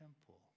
temple